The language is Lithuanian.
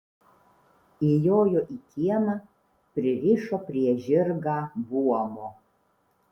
įjojo į kiemą pririšo prie žirgą buomo